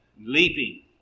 leaping